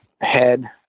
head